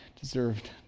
deserved